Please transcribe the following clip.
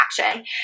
action